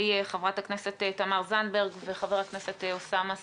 חברת הכנסת תמר זנדברג וחבר הכנסת אוסאמה סעדי.